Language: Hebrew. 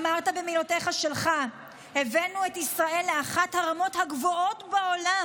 אמרת במילותיך שלך: "הבאנו את ישראל לאחת הרמות הגבוהות בעולם,